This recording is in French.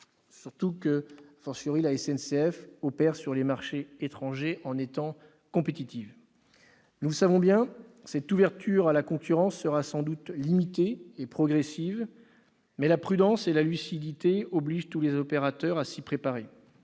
isolée, lorsque la SNCF opère sur les marchés étrangers en étant compétitive ! Nous le savons bien, cette ouverture à la concurrence sera sans doute limitée et progressive, mais la prudence et la lucidité obligent tous les opérateurs à s'y préparer.